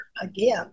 again